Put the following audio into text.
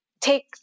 take